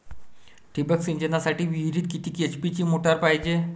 ठिबक सिंचनासाठी विहिरीत किती एच.पी ची मोटार पायजे?